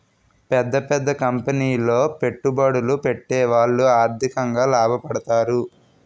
పెద్ద పెద్ద కంపెనీలో పెట్టుబడులు పెట్టేవాళ్లు ఆర్థికంగా లాభపడతారు